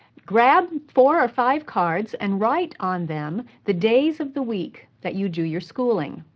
grab four or five cards and write on them the days of the week that you do your schooling.